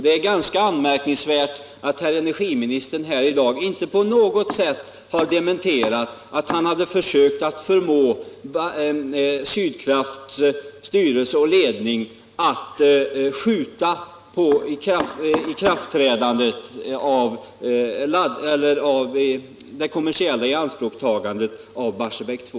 Det är ganska anmärkningsvärt att herr industriministern i dag inte på något sätt har kunnat dementera att han har försökt förmå Sydkrafts styrelse och ledning att skjuta på det kommersiella ianspråktagandet av Barsebäck 2.